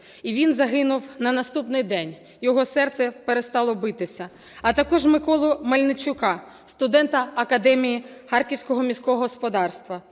і він загинув на наступний день, його серце перестало битися. А також Миколу Мельничука, студента Академії харківського міського господарства,